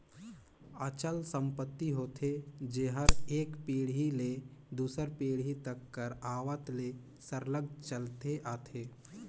अचल संपत्ति होथे जेहर एक पीढ़ी ले दूसर पीढ़ी तक कर आवत ले सरलग चलते आथे